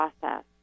process